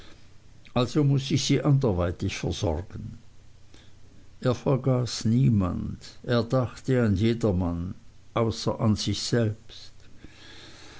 also muß ich sie anderweitig versorgen er vergaß niemand er dachte an jedermann außer an sich selbst